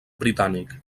britànic